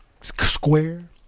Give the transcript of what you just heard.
Square